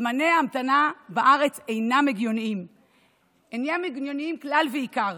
זמני ההמתנה בארץ אינם הגיוניים כלל ועיקר,